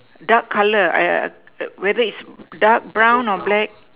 dark color I err whether is dark brown or black